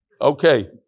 Okay